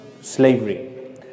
Slavery